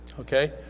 okay